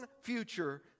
future